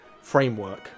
framework